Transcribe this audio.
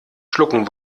schlucken